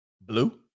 Blue